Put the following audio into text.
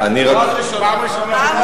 פעם ראשונה.